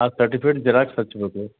ಆ certificate xerox ಹಚ್ಚಬೇಕು